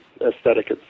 aesthetic